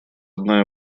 одна